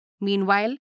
Meanwhile